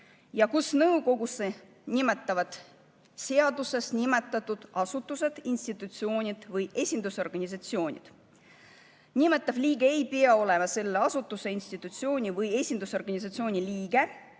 kus nõukogusse nimetavad [liikmeid] seaduses nimetatud asutused, institutsioonid või esindusorganisatsioonid. Nimetatav liige ei pea olema selle asutuse, institutsiooni või esindusorganisatsiooni liige,